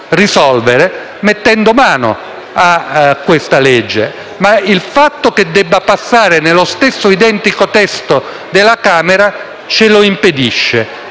risolvere mettendo mano a questa legge, ma il fatto che debba passare nello stesso identico testo della Camera ce lo impedisce